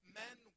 men